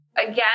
Again